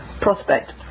prospect